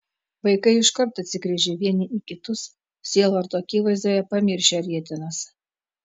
vaikai iškart atsigręžė vieni į kitus sielvarto akivaizdoje pamiršę rietenas